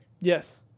Yes